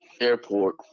airport